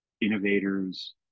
innovators